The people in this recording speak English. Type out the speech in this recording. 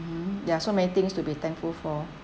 there are so many things to be thankful for